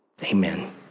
Amen